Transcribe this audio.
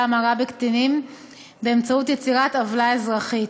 ההמרה בקטינים באמצעות יצירת עוולה אזרחית,